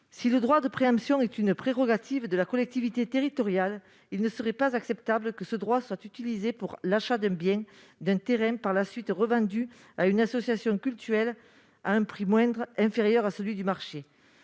Si le droit de préemption est une prérogative de la collectivité territoriale, il ne serait pas acceptable que ce droit soit utilisé pour l'achat d'un bien ou d'un terrain qui serait par la suite revendu à une association cultuelle à un prix moindre, inférieur à celui du marché.